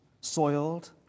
soiled